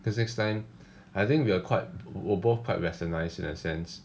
because next time I think we are quite we're both quite westernised in that sense